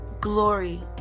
glory